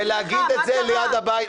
ולהגיד את זה ליד הבית.